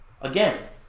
again